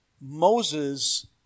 Moses